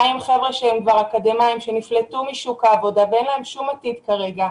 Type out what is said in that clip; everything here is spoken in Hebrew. מה עם חבר'ה אקדמאים שנפלטו משוק העבודה ואין להם שום עתיד כרגע?